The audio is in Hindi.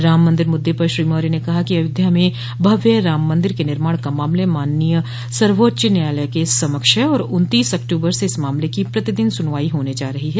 राम मंदिर मुद्दे पर श्री मौर्य ने कहा कि अयोध्या में भव्य राम मंदिर के निर्माण का मामला माननीय सर्वोच्च न्यायालय के समक्ष है और उन्तीस अक्टूबर से इस मामले की प्रतिदिन सुनवाई शुरू होने जा रही है